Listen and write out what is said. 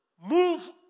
move